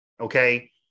okay